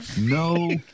no